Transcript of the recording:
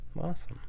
Awesome